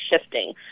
shifting